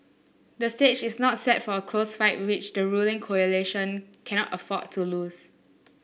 the stage is not set for a close fight which the ruling coalition cannot afford to lose